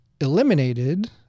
eliminated